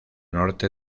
norte